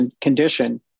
condition